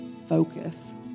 focus